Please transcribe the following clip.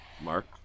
Mark